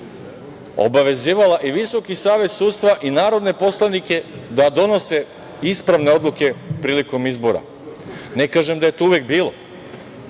obavezivala i Visoki savet sudstva i narodne poslanike da donose ispravne odluke prilikom izbora. Ne kažem da je to uvek bilo,